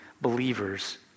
believers